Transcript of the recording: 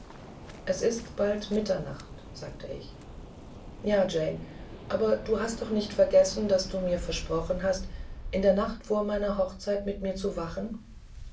es ist bald mitternacht sagte ich ja jane aber du hast doch nicht vergessen daß du mir versprochen hast in der nacht vor meiner hochzeit mit mir zu wachen